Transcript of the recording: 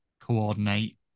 coordinate